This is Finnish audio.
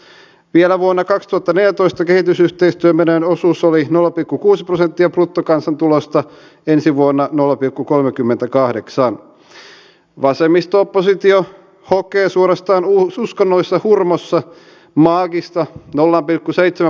me tarvitsemme tuotteita ja palveluja jotka menevät kaupaksi maailman markkinoilla koska vaikka työn hinta olisi miten halpa niin jos meillä ei ole tuotteita jotka käyvät kaupaksi niin se työn halpuus ei kyllä auta